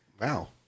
wow